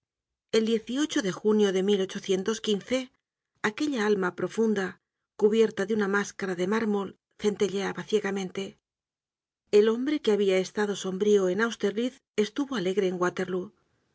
el de junio de aquella alma profunda cubierta de una máscara de mármol centelleaba ciegamente el hombre que habia estado sombrío en austerlitz estuvo alegre en waterlóo